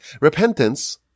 Repentance